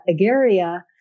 Agaria